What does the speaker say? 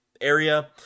area